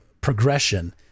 progression